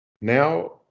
Now